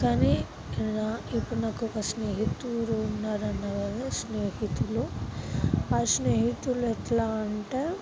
కానీ ఇలా ఇప్పుడు నాకు ఒక స్నేహితుడు ఉన్నాడన్నా కదా స్నేహితులు ఆ స్నేహితులు ఎట్లా అంటే